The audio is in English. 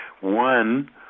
One